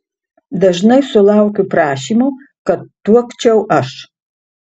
dažnai sulaukiu prašymų kad tuokčiau aš